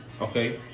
okay